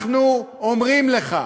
אנחנו אומרים לך,